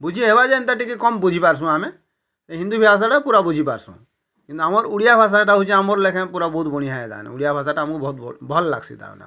ବୁଝି ହେବା ଯେ ଏନ୍ତା ଟିକେ କମ୍ ବୁଝି ପାରୁସୁଁ ଆମେ ହିନ୍ଦୀ ଭାଷାଟା ପୁରା ବୁଝି ପାରସୁଁ କିନ୍ତୁ ଆମର୍ ଓଡ଼ିଆ ଭାଷାଟା ହଉଛି ଆମର୍ ଲେଖେଁ ପୁରା ବହୁତ୍ ବଢ଼ିଆ ଓଡ଼ିଆ ଭାଷାଟା ଆମ୍ କୁ ବହୁତ୍ ଭଲ୍ ଲାଗ୍ସି ତାମାନେ ଆମ୍ କୁ